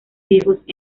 viejos